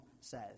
says